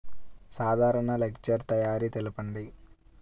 సాధారణ లెడ్జెర్ తయారి తెలుపండి?